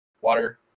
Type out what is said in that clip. water